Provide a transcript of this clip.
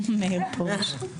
פרוש.